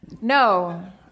No